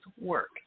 work